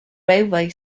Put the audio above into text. railway